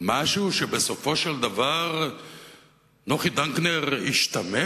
משהו שבסופו של דבר נוחי דנקנר ישתמש בו?